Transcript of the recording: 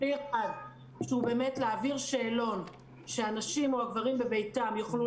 כלי אחד הוא להעביר שאלון שהנשים או הגברים בביתם יוכלו